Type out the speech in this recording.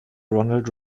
ronald